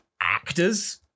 actors